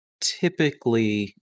typically